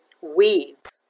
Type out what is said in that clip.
weeds